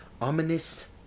ominous